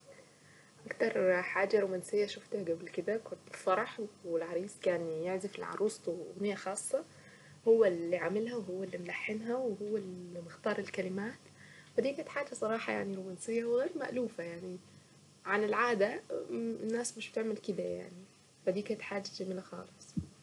اكتر حاجة رومانسية شفتها قبل كده كنت فرح والعريس كان يعزف لعروسته واغنية خاصة هو اللي عاملها وهو اللي ملحنها وهو اللي مختار الكلمات ف دي كانت حاجة صراحة رومانسية يعني غير مألوفة يعني على العادة الناس مش بتعمل كده يعني فديه كانت حاجة جميلة خالص.